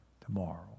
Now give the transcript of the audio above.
tomorrow